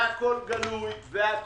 והכול ידוע וגלוי.